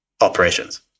operations